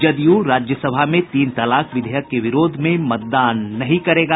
जदयू राज्यसभा में तीन तलाक विधेयक के विरोध में मतदान नहीं करेगा